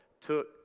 took